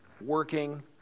working